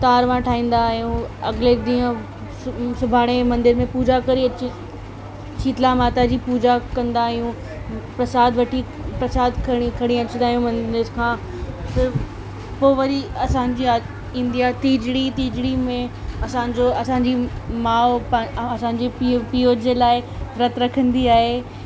तारवां ठाहींदा आहियूं अॻिले ॾींहुं सु सुभाणे मंदर में पूॼा करे अची शीतला माताजी पूॼा कंदा आहियूं प्रसाद वठी प्रसाद खणी खणी अचंदा आहियूं मंदर खां फिर पोइ वरी असांजी ईंदी आहे तीजिड़ी तीजिड़ी में असांजो असांजी माउ असांजे पीउ पीउ जे लाइ विर्त रखंदी आहे